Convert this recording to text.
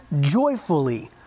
joyfully